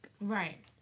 Right